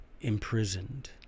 imprisoned